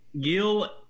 Gil